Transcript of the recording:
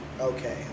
Okay